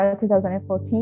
2014